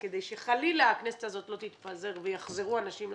כדי שחלילה הכנסת הזו לא תתפזר ויחזרו אנשים ל-60%,